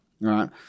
right